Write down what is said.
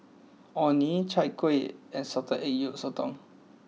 Orh Nee Chai Kueh and Salted Egg Yolk Sotong